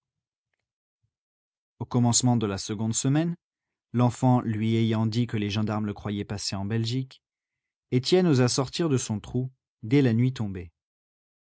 au commencement de la seconde semaine l'enfant lui ayant dit que les gendarmes le croyaient passé en belgique étienne osa sortir de son trou dès la nuit tombée